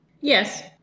Yes